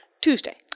Tuesday